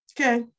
Okay